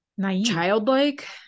childlike